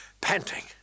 panting